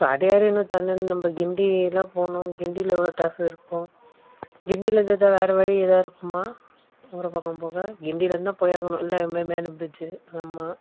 இப்போ அடையாரே இன்னும் தாண்டல இன்னும் நம்ப கிண்டியில போகணும் கிண்டியில எவ்வளோ ட்ராஃபிக் இருக்கும் கிண்டியில எதுவும் எதா வேறு வழி எதா இருக்குமா ஊரப்பாக்கம் போக கிண்டிலேருந்தான் போயாகணும் இல்லை மே மே மேலே ப்ரிட்ஜ்ஜி ஆமாம்